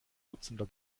dutzender